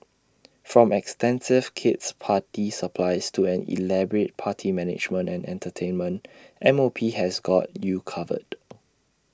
from extensive kid's party supplies to an elaborate party management and entertainment M O P has got you covered